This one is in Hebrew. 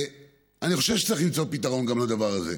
אני חושב שצריך למצוא פתרון גם לדבר הזה,